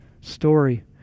story